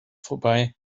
vorbei